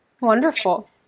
Wonderful